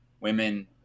women